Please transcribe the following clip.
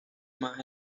más